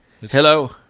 Hello